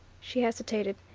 she hesitated,